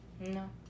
No